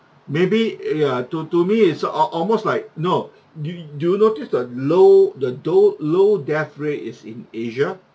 maybe eh ya to to me is uh all almost like no do do you notice the low the those low death rate is in asia